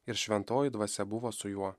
ir šventoji dvasia buvo su juo